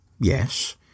yes